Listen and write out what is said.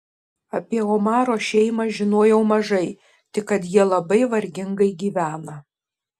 apie omaro šeimą žinojau mažai tik kad jie labai vargingai gyvena